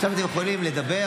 אתם יכולים לדבר